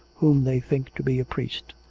whom they think to be a priest.